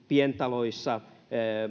pientaloissa